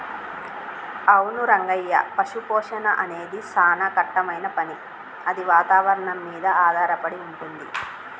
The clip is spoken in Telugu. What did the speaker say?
అవును రంగయ్య పశుపోషణ అనేది సానా కట్టమైన పని అది వాతావరణం మీద ఆధారపడి వుంటుంది